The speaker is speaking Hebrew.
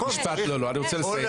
לא, לא, אני רוצה לסיים.